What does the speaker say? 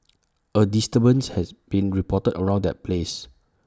A disturbance has been reported around that place